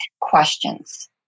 questions